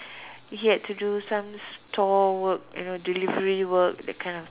he had to do some store work you know delivery work that kind of